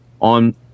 on